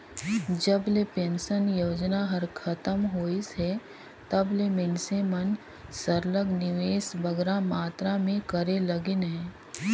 जब ले पेंसन योजना हर खतम होइस हे तब ले मइनसे मन सरलग निवेस बगरा मातरा में करे लगिन अहे